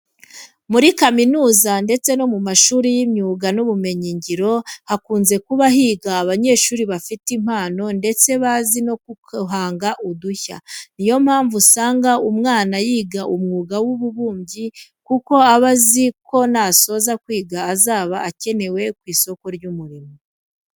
Muri kaminuza ndetse no mu mashuri y'imyuga n'ubumenyingiro hakunze kuba higa abanyeshuri bafite impano ndetse bazi no guhanga udushya. Ni yo mpamvu usanga umwana yiga umwuga w'ububumbyi kuko aba azi ko nasoza kwiga azaba akenewe ku isoko ry'umurimo.